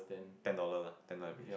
ten dollar lah ten dollar application